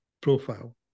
profile